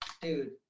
Dude